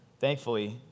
Thankfully